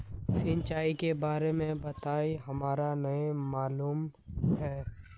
सिंचाई के बारे में बताई हमरा नय मालूम है?